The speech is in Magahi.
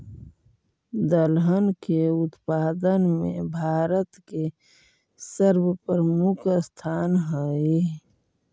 दलहन के उत्पादन में भारत के सर्वप्रमुख स्थान हइ